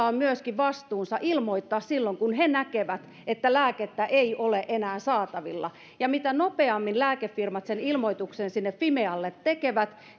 on vastuunsa ilmoittaa silloin kun he näkevät että lääkettä ei ole enää saatavilla sillä mitä nopeammin lääkefirmat sen ilmoituksen fimealle tekevät